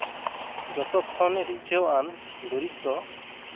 ᱡᱚᱛᱚᱠᱷᱚᱱ ᱨᱤᱡᱷᱟᱹᱣᱟᱱ ᱫᱩᱨᱤᱵ ᱫᱚ